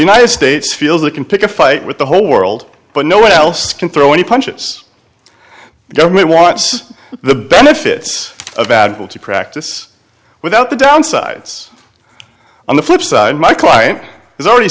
united states feels it can pick a fight with the whole world but no one else can throw any punches the government wants the benefits of bad will to practice without the downsides on the flip side my client has already